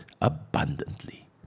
abundantly